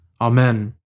Amen